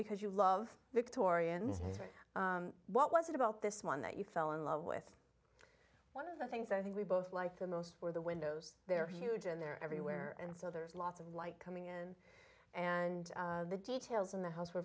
because you love victorians right what was it about this one that you fell in love with one of the things i think we both like the most were the windows they're huge and they're everywhere and so there's lots of light coming in and the details in the house were